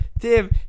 Tim